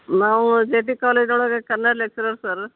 ನಾವು J P college ಒಳಗೆ Kannada lecturer sir